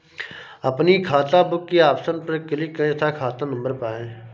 अपनी खाताबुक के ऑप्शन पर क्लिक करें तथा खाता नंबर पाएं